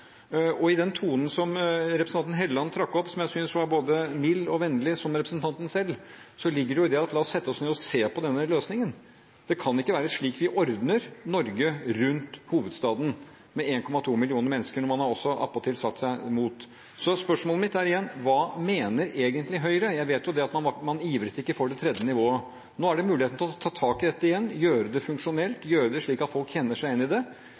nærmere på den. I den tonen som representanten Helleland trakk opp, som jeg synes var både mild og vennlig som representanten selv, ligger det at la oss sette oss ned og se på denne løsningen. Det kan ikke være slik vi ordner Norge rundt hovedstaden, med 1,2 millioner mennesker, når man attpåtil har satt seg imot. Spørsmålet mitt er igjen: Hva mener egentlig Høyre? Jeg vet jo at man ivret ikke for det tredje nivået. Nå er det en mulighet til å ta tak i dette igjen, gjøre det funksjonelt, ordne det slik at folk kjenner seg igjen i det.